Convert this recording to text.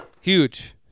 huge